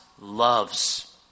loves